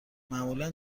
معمولا